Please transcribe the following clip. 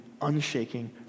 unshaking